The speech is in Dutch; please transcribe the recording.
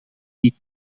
die